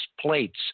plates